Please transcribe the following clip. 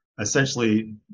essentially